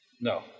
No